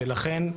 ולכן,